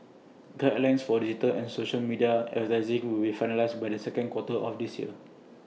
guidelines for digital and social media advertising will be finalised by the second quarter of this year